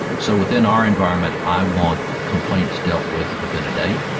so within our environment i want complaints dealt with within a day,